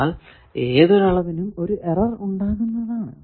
എന്നാൽ ഏതൊരു അളവിനും ഒരു എറർ ഉണ്ടാകുന്നതാണ്